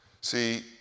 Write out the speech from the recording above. See